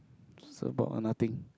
it's about uh nothing